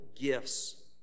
gifts